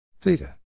theta